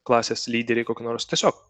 klasės lyderiai koki nors tiesiog